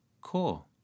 Cool